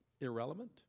irrelevant